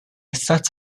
set